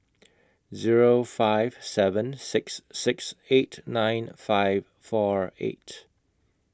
Zero five seven six six eight nine five four eight